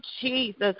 Jesus